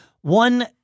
One